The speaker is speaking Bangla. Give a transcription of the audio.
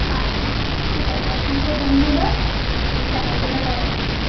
আচ্ছা ঠিক আছে অসংখ্য ধন্যবাদ এই সাহায্যটা করার জন্য